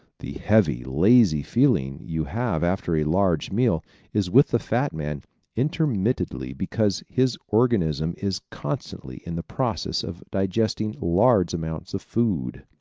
the heavy, lazy feeling you have after a large meal is with the fat man interminably because his organism is constantly in the process of digesting large amounts of food.